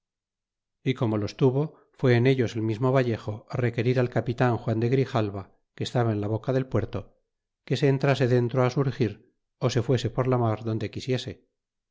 é como los tuvo fue en ellos el mismo vallejo requerir al capitan juan de grijalva que estaba en la boca del puerto que se entrase dentro á surgir se fuese por la mar donde quisiese